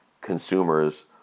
consumers